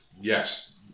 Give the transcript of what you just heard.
Yes